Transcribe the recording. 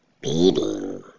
beating